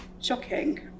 shocking